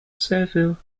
seville